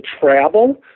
travel